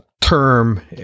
term